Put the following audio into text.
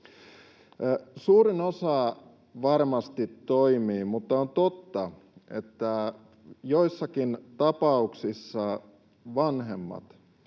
Suurin osa varmasti toimii, mutta on totta, että joissakin tapauksissa vanhemmat